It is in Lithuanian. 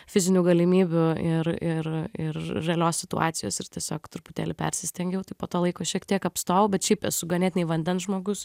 fizinių galimybių ir ir ir realios situacijos ir tiesiog truputėlį persistengiau tai po to laiko šiek tiek apstojau bet šiaip esu ganėtinai vandens žmogus